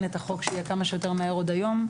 את החוק שיהיה כמה שיותר מהר עוד היום,